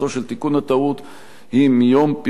הוא מיום פרסומו ברשומות,